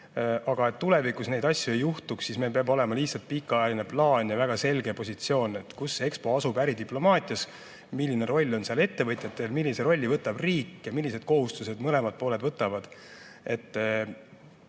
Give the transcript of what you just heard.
et tulevikus selliseid asju ei juhtuks, peab meil olema pikaajaline plaan ja väga selge positsioon, kus Expo asub äridiplomaatias, milline roll on seal ettevõtjatel, millise rolli võtab riik, millised kohustused mõlemad pooled võtavad.